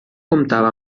comptava